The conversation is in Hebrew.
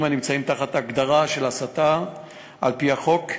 שנמצאים תחת ההגדרה של הסתה על-פי החוק,